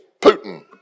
Putin